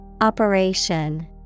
Operation